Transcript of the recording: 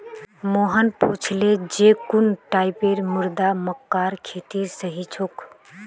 मोहन पूछले जे कुन टाइपेर मृदा मक्कार खेतीर सही छोक?